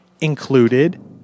included